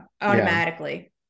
automatically